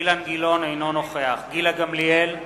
אינו נוכח גילה גמליאל,